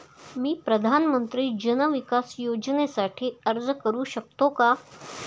मी प्रधानमंत्री जन विकास योजनेसाठी अर्ज करू शकतो का?